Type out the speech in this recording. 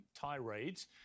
tirades